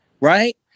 Right